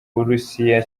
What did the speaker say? burusiya